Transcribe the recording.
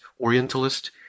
Orientalist